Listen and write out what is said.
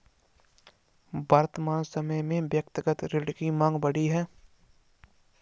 वर्तमान समय में व्यक्तिगत ऋण की माँग बढ़ी है